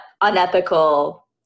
unethical